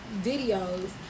videos